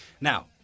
Now